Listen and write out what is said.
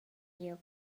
llop